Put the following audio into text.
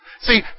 See